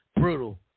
brutal